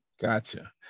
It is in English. gotcha